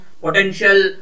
potential